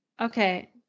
Okay